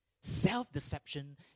Self-deception